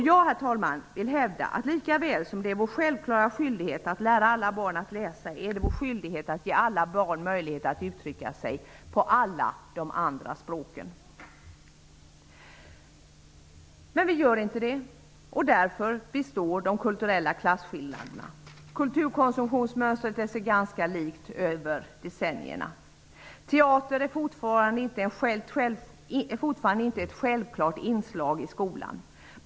Jag vill hävda, att lika väl som det är vår självklara skyldighet att lära alla barn läsa är det vår skyldighet att ge alla barn möjlighet att uttrycka sig på alla de andra ''språken''. Men vi gör inte det, och därför består de kulturella klasskillnaderna. Kulturkonsumtionsmönstret är sig ganska likt över decennierna. Teater är fortfarande inte ett självklart inslag i skolan.